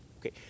Okay